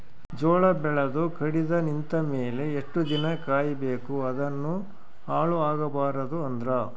ಜೋಳ ಬೆಳೆದು ಕಡಿತ ನಿಂತ ಮೇಲೆ ಎಷ್ಟು ದಿನ ಕಾಯಿ ಬೇಕು ಅದನ್ನು ಹಾಳು ಆಗಬಾರದು ಅಂದ್ರ?